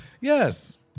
Yes